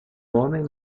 homem